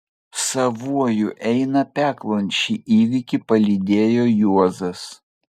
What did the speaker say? savuoju eina peklon šį įvykį palydėjo juozas